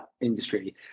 industry